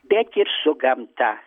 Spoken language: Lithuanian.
bet ir su gamta